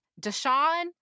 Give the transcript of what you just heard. Deshaun